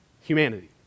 humanity